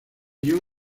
guion